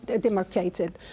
demarcated